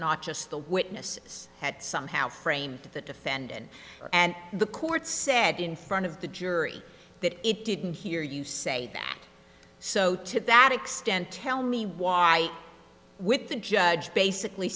not just the witnesses that somehow framed the defendant and the court said in front of the jury that it didn't hear you say so to that extent tell me why with the judge basically